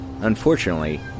Unfortunately